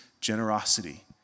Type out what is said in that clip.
generosity